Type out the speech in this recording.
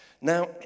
Now